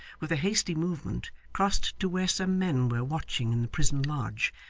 with a hasty movement, crossed to where some men were watching in the prison lodge,